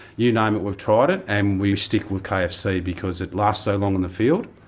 you name it, we've tried it, and we stick with kfc because it lasts so long in the field,